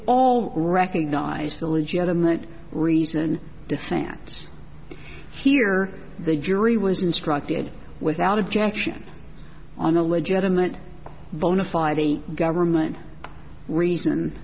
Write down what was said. all recognize the legitimate reason defense here the jury was instructed without objection on a legitimate bona fide the government reason